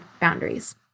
boundaries